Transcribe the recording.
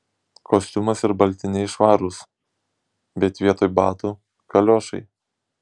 kostiumas ir baltiniai švarūs bet vietoj batų kaliošai